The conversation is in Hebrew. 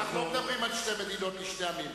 אנחנו לא מדברים על שתי מדינות לשני עמים.